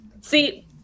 See